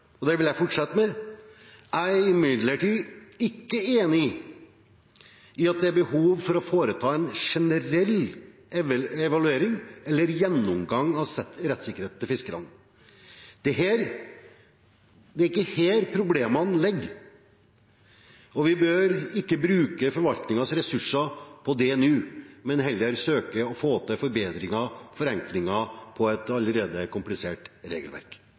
og det vil jeg fortsette med. Jeg er imidlertid ikke enig i at det er behov for å foreta en generell evaluering eller gjennomgang av rettssikkerheten til fiskerne. Det er ikke her problemene ligger. Vi bør ikke bruke forvaltningens ressurser på det nå, men heller søke å få til forbedringer, forenklinger i et allerede komplisert regelverk.